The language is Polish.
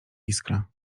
iskra